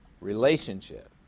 Relationship